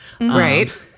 Right